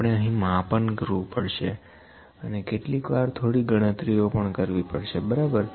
આપણે અહી માપન કરવું પડશે અને કેટલીક વાર થોડી ગણતરી પણ કરવી પડશે બરાબર